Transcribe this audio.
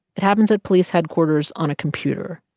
it happens at police headquarters on a computer.